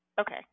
Okay